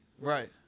Right